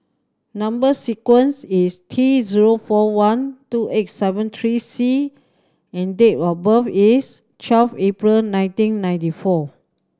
number sequence is T zero four one two eight seven three C and date of birth is twelve April nineteen ninety four